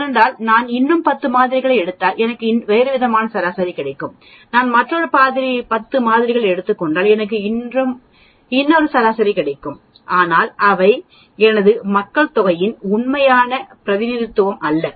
ஏனென்றால் நான் இன்னும் 10 மாதிரிகளை எடுத்திருந்தால்இன்னொரு சராசரி கிடைத்திருக்கும் நான் மற்றொரு 10 மாதிரிகளை எடுத்துக் கொண்டால் எனக்கு இன்னொரு சராசரி கிடைக்கும் ஆனால் அவைஎனது மக்கள்தொகையின் உண்மையான பிரதிநிதித்துவம் அல்ல